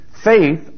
Faith